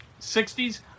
60s